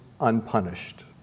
unpunished